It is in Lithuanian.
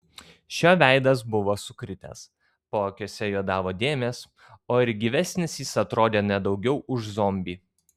šio veidas buvo sukritęs paakiuose juodavo dėmės o ir gyvesnis jis atrodė ne daugiau už zombį